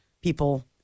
people